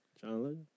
John